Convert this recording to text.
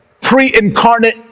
pre-incarnate